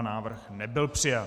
Návrh nebyl přijat.